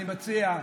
אני מציע,